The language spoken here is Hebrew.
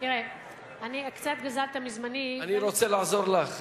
אני רוצה לעזור לך,